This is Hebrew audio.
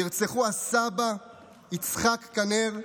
נרצחו הסבא יצחק קנר,